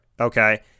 Okay